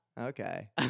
Okay